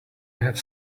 have